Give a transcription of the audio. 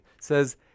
says